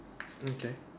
okay